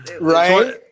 Right